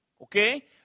okay